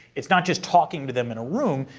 it's not just talking to them in a room,